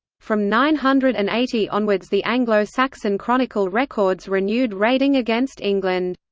from nine hundred and eighty onwards the anglo saxon chronicle records renewed raiding against england.